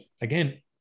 again